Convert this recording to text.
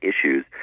issues